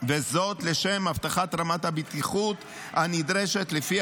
וזאת לשם הבטחת רמת הבטיחות הנדרשת לפי